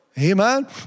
Amen